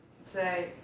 say